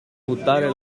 buttare